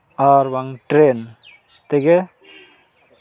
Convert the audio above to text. ᱟᱨ ᱵᱟᱝ ᱴᱨᱮᱹᱱ ᱛᱮᱜᱮ